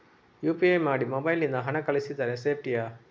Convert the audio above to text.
UPI ಮಾಡಿ mobile ನಿಂದ ಹಣ ಕಳಿಸಿದರೆ ಸೇಪ್ಟಿಯಾ?